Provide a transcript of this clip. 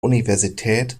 universität